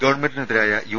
ഗവൺമെന്റിനെതിരായ U